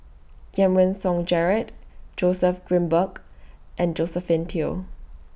Giam Song Gerald Joseph Grimberg and Josephine Teo